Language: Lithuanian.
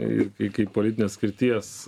ir kai kaip politinės skirties